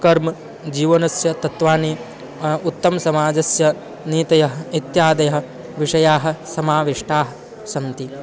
कर्म जीवनस्य तत्त्वानि उत्तमसमाजस्य नीतयः इत्यादयः विषयाः समाविष्टाः सन्ति